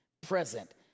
present